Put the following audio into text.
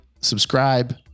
subscribe